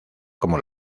como